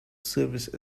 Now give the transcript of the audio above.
service